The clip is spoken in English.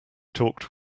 talked